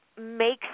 makes